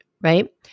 right